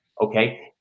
okay